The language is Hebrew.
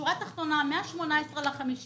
בשורה התחתונה, מ-18 במאי